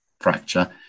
fracture